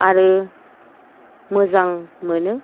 आरो मोजां मोनो